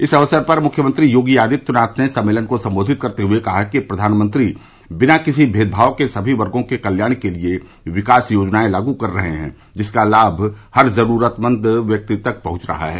इस अक्सर पर मुख्यमंत्री योगी आदित्यनाथ ने सम्मेलन को संबोधित करते हुए कहा कि प्रधानमंत्री जी बिना किसी भेदभाव के सभी वर्गो के कल्याण के लिये विकास योजनाएं लागू कर रहे हैं जिसका लाभ हर जरूरतमंद व्यक्ति तक पहुंच रहा है